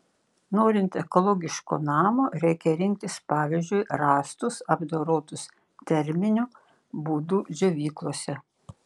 norint ekologiško namo reikia rinktis pavyzdžiui rąstus apdorotus terminiu būdu džiovyklose